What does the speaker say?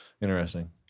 Interesting